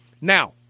Now